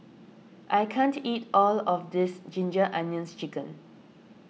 I can't eat all of this Ginger Onions Chicken